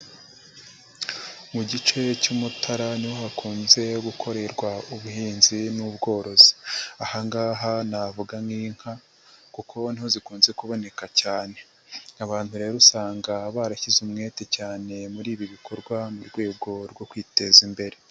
Mu gice cy'umutara niho hakunze gukorerwa ubuhinzi n'ubworozi, aha ngaha navuga nk'inka kuko niho zikunze kuboneka cyane ,abantu rero usanga barashyize umwete cyane muri ibi bikorwa ,mu rwego rwo kwiteza imbere.